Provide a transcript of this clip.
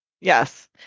Yes